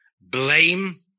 blame